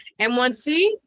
M1C